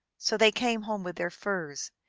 so they came home with their furs,